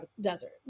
desert